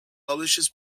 publishes